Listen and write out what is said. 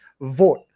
vote